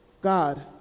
God